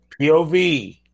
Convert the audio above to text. POV